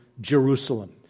Jerusalem